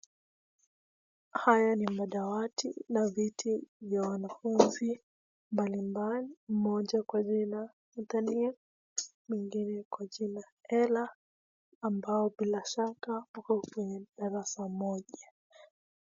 Haya ni madawati na viti vya wanafunzi mbali mbali mmoja kwa jina Nathaniel mwingine kwa jina Ella ambao bila shaka wako kwenye darasa moja.